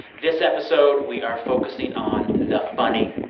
this episode, we are focusing on the funny.